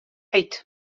eight